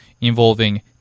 involving